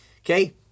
okay